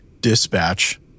dispatch